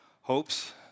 hopes